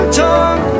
talk